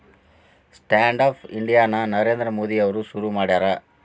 stand up India ನ ನರೇಂದ್ರ ಮೋದಿ ಅವ್ರು ಶುರು ಮಾಡ್ಯಾರ